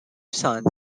sons